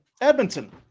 Edmonton